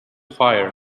fire